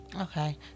Okay